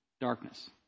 darkness